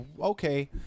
Okay